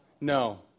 No